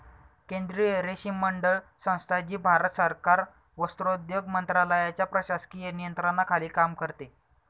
केंद्रीय रेशीम मंडळ संस्था, जी भारत सरकार वस्त्रोद्योग मंत्रालयाच्या प्रशासकीय नियंत्रणाखाली काम करते